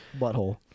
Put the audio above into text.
Butthole